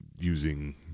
Using